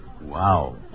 Wow